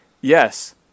yes